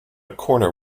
corner